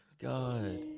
God